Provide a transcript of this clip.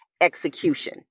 Execution